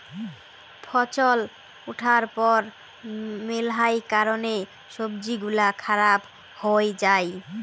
ফছল উঠার পর মেলহাই কারণে সবজি গুলা খারাপ হই যাই